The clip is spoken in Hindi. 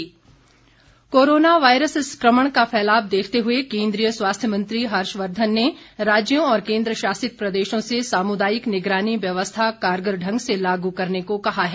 हर्षवर्धन कोरोना वायरस संक्रमण का फैलाव देखते हुए केन्द्रीय स्वास्थ्य मंत्री हर्षवर्धन ने राज्यों और केन्द्रशासित प्रदेशों से सामुदायिक निगरानी व्यवस्था कारगर ढंग से लागू करने को कहा है